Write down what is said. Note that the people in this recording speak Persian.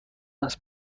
است